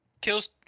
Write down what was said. kills